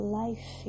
life